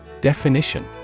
Definition